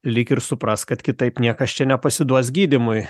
lyg ir suprask kad kitaip niekas čia nepasiduos gydymui